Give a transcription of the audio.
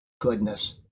goodness